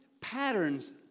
patterns